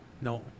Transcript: No